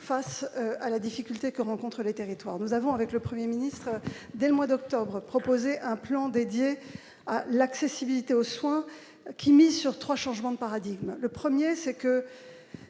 face à la difficulté que rencontrent les territoires, nous avons avec le 1er ministre dès le mois d'octobre, proposer un plan dédié à l'accessibilité aux soins qui mise sur 3 changement de paradigme, le 1er c'est qu'un